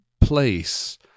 place